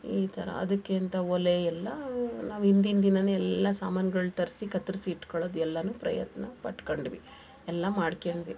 ಈ ಥರ ಅದಕ್ಕೆ ಅಂತ ಒಲೆಯೆಲ್ಲ ನಾವು ಹಿಂದಿನ ದಿನವೇ ಎಲ್ಲ ಸಾಮಾನ್ಗಳು ತರಿಸಿ ಕತ್ತರಿಸಿ ಇಟ್ಕೊಳೋದು ಎಲ್ಲ ಪ್ರಯತ್ನಪಟ್ಕೊಂಡ್ವಿ ಎಲ್ಲ ಮಾಡ್ಕಂಡ್ವಿ